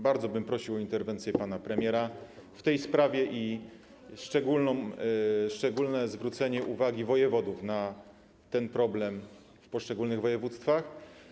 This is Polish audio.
Bardzo bym prosił o interwencję pana premiera w tej sprawie i szczególne zwrócenie uwagi wojewodów na ten problem w poszczególnych województwach.